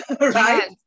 right